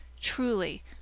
Truly